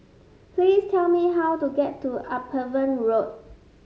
please tell me how to get to Upavon Road